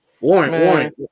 Warren